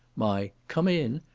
my come in,